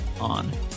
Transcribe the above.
on